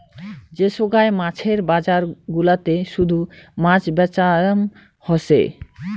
যে সোগায় মাছের বজার গুলাতে শুধু মাছ বেচাম হসে